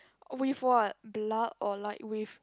with what blood or like with